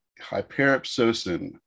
hyperipsosin